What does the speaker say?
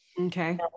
Okay